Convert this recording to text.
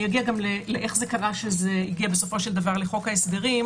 אגיע גם לאיך זה קרה שהגיע לחוק ההסדרים.